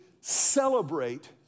celebrate